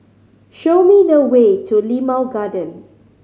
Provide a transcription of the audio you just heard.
show me the way to Limau Garden